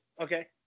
Okay